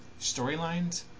storylines